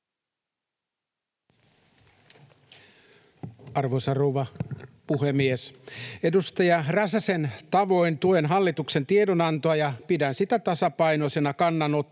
Arvoisa rouva puhemies! Edustaja Räsäsen tavoin tuen hallituksen tiedonantoa ja pidän sitä tasapainoisena kannanottona